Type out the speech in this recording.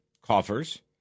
coffers